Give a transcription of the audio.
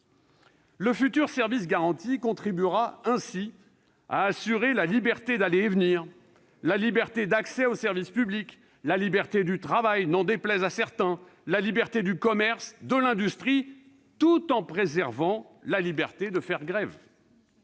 Le futur service minimum garanti contribuera ainsi à assurer la liberté d'aller et venir, la liberté d'accès aux services publics, la liberté du travail- n'en déplaise à certains !-, la liberté du commerce et de l'industrie, tout en préservant la liberté de faire grève.